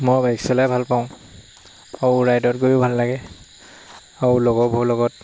মই বাইক চলাই ভাল পাওঁ আৰু ৰাইডত গৈও ভাল লাগে আৰু লগৰবোৰৰ লগত